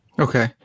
okay